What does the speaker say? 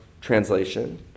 translation